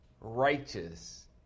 righteous